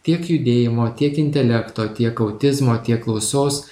tiek judėjimo tiek intelekto tiek autizmo tiek klausos